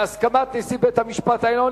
בהסכמת נשיא בית-המשפט העליון,